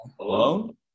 Alone